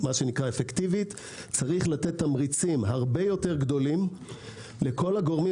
אפקטיבית צריך לתת תמריצים הרבה יותר גדולים לכל הגורמים